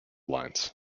lines